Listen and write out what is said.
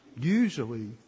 usually